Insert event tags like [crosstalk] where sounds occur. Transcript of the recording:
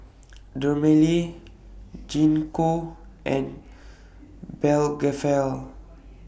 Dermale Gingko and [unintelligible]